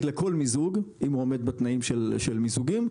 לכל מיזוג אם הוא עומד בתנאים של מיזוגים,